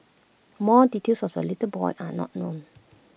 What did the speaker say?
more details of the little boy are not known